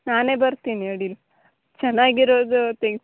ನಾನೇ ಬರ್ತೀನಿ ಅಡ್ಡಿಲ್ಲ ಚೆನ್ನಾಗಿರೋದು ತೆಗ್ಸಿ